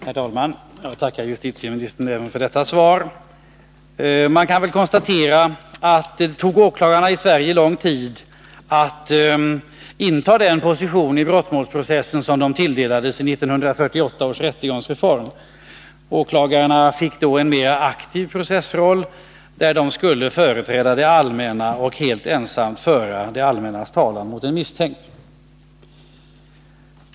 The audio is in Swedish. Herr talman! Jag tackar justitieministern även för detta svar. Man kan väl konstatera att det tog åklagarna i Sverige lång tid att inta den position i brottmålsprocessen som de tilldelades enligt 1948 års rättegångsreform. Åklagarna fick då en mer aktiv processroll, där de skulle företräda det allmänna och helt ensamma föra det allmännas talan mot en misstänkt.